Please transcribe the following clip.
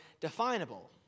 definable